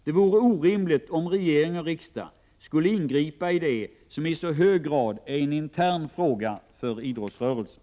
Det vore orimligt om regering och riksdag skulle ingripa i det som i så hög grad är en intern fråga för idrottsrörelsen.